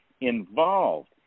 involved